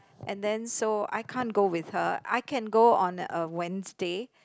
and then so I can't go with her I can go on uh Wednesday